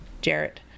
Jarrett